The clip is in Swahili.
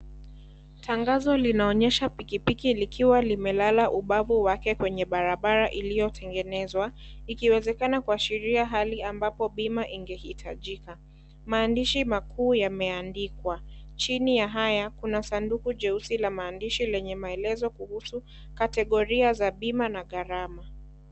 Tangazo linaonyesha pikipiki likiwa limelala ubavu wake kwenye barabara iliyotengenezwa, ikiwezekana kuashiria hali ambapo bima ingehitajika, maandishi makuu yameandikwa, chini ya haya kuna sanduku jeusi la maandishi lenye maelezo kuhusu kategoria za bima na gharama.